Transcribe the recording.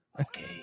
Okay